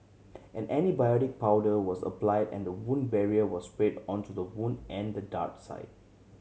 an antibiotic powder was applied and a wound barrier was sprayed onto the wound and dart site